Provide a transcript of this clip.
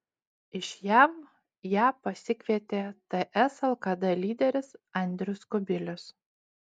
iš jav ją pasikvietė ts lkd lyderis andrius kubilius